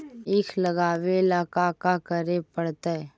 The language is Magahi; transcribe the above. ईख लगावे ला का का करे पड़तैई?